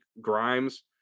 grimes